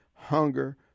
hunger